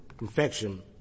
infection